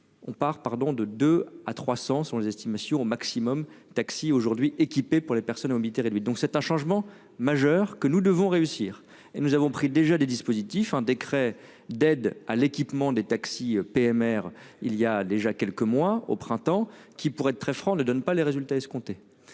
de deux à 300 sont les estimations au maximum taxi aujourd'hui équipés pour les personnes à mobilité réduite. Donc c'est un changement majeur que nous devons réussir et nous avons pris déjà des dispositifs un décret d'aide à l'équipement des taxis PMR. Il y a déjà quelques mois au printemps, qui pourrait être très franc, ne donne pas les résultats escomptés.